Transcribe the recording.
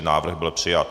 Návrh byl přijat.